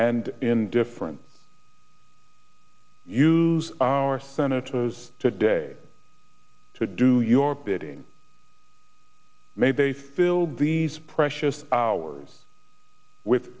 and indifferent use our senators today to do your bidding may day fill these precious hours with